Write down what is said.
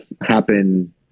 happen